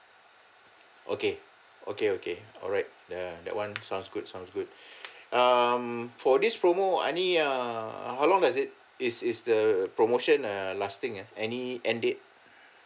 okay okay okay alright uh that one sounds good sounds good um for this promo any err how long does it is is the promotion err lasting ah any end date